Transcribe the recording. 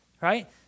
Right